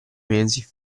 mesi